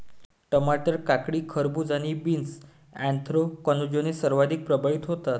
टमाटर, काकडी, खरबूज आणि बीन्स ऍन्थ्रॅकनोजने सर्वाधिक प्रभावित होतात